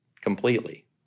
completely